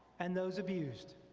and those abused.